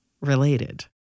related